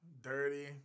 Dirty